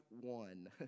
one